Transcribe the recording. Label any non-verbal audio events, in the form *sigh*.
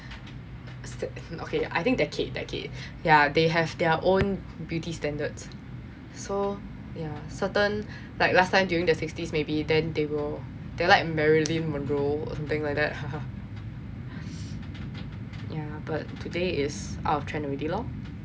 okay I think decade decade yeah they have their own beauty standards so certain yeah like last time during the sixties may be then they will they like marilyn monroe or something like that *laughs* yeah but today is out trend already lor